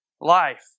life